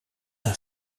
een